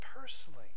personally